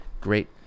Great